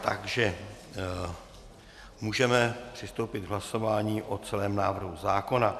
Takže můžeme přistoupit k hlasování o celém návrhu zákona.